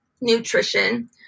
nutrition